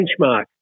benchmark